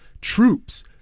troops